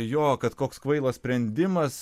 jo kad koks kvailas sprendimas